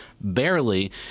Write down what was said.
barely